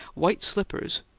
white slippers,